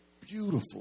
beautiful